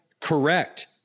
correct